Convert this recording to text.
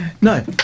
No